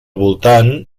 voltant